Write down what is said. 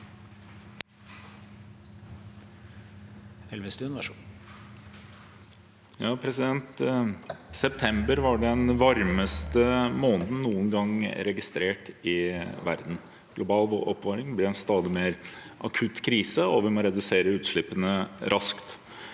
(V) September var den varmeste måneden noen gang registrert i verden. Global oppvarming blir en stadig mer akutt krise, og vi må redusere utslippene raskt.